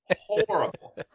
Horrible